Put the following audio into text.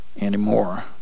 anymore